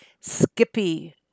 Skippy